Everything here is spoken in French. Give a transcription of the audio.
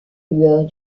lueurs